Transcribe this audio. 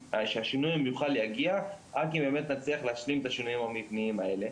המיוחל יגיע רק אם נצליח להשלים את השינויים המבניים האלה.